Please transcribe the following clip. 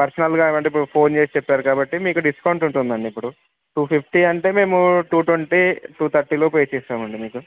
పర్సనల్గా అవాల్టీ అప్పుడు ఫోన్ చేసి చెప్పారు కాబట్టి మీకు డిస్కౌంట్ ఉంటుందండి ఇప్పుడు టూ ఫిఫ్టీ అంటే మేము టూ ట్వంటీ టూ థర్టీ లోపు వేసి ఇస్తాం అండి మీకు